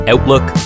Outlook